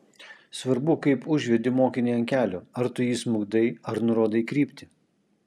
svarbu kaip užvedi mokinį ant kelio ar tu jį smukdai ar nurodai kryptį